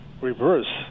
reverse